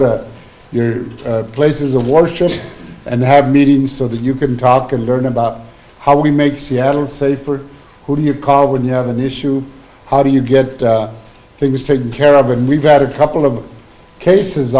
to places of war chest and have meetings so that you can talk and learn about how we make seattle safer who do you call when you have an issue how do you get things taken care of and we've got a couple of cases